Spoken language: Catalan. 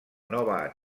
nova